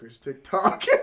TikTok